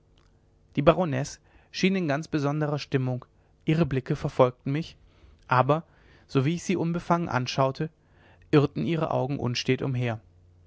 die baronesse schien in ganz besonderer stimmung ihre blicke verfolgten mich aber sowie ich sie unbefangen anschaute irrten ihre augen unstet umher